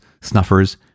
snuffers